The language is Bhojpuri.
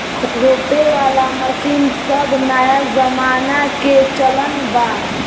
रोपे वाला मशीन सब नया जमाना के चलन बा